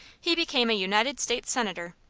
he became a united states senator,